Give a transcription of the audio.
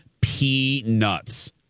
peanuts